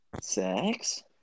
Sex